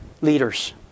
leaders